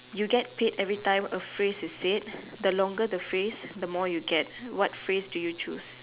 you get paid every time a phrase is said the longer the phrase the more you get what phrase do you choose